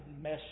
mess